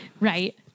right